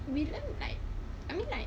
we learn like I mean like